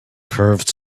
curved